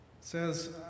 says